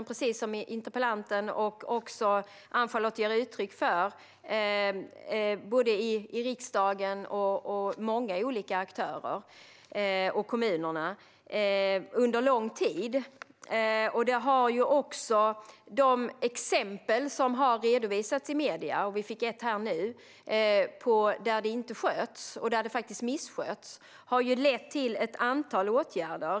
Precis som interpellanten och Ann-Charlotte Hammar Johnsson ger uttryck för engagerar frågan både riksdagen och många andra olika aktörer, bland annat kommunerna. Så har det varit under lång tid. De exempel som har redovisats i medierna där uppdraget inte sköts utan faktiskt missköts, och vi fick höra ett exempel nu, har lett till ett antal åtgärder.